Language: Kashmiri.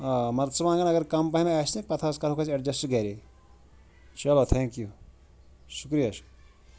آ مَرژٕوانٛگَن اگر کَم پَہم آسۍ نیٚکھ پَتہٕ حظ کَروکھ أسۍ ایٚڈجَسٹ گَرے چلو تھینٛکیوٗ شُکریہ شُہ